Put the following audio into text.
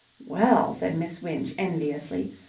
well, said miss winch enviously,